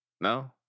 No